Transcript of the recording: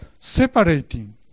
separating